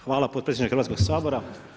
Hvala potpredsjedniče Hrvatskog sabora.